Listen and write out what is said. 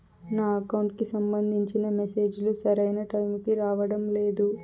నా అకౌంట్ కి సంబంధించిన మెసేజ్ లు సరైన టైముకి రావడం లేదు